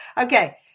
okay